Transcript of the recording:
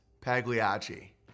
Pagliacci